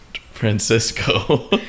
Francisco